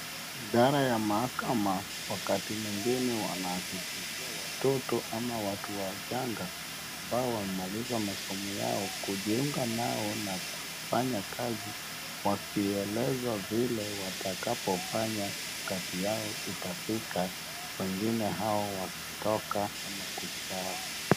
Idara ya mahakama wakati mwingine wanatikisia watoto ama watu wachanga ambao wamemaliza masomo yao kujiunga nao na kufanya kazi wakielezwa vile watakvyo fanya wakati wao itafika, wengine hao wakitoka au kustaabu.